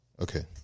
Okay